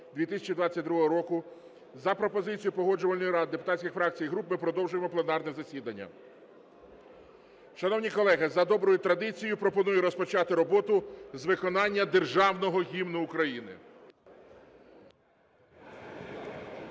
2022 року" за пропозицією Погоджувальної ради депутатських фракцій і груп ми продовжуємо пленарне засідання. Шановні колеги, за доброю традицією пропоную розпочати роботу з виконання Державного Гімну України.